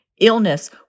illness